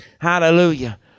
Hallelujah